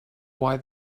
why